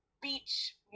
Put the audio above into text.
beach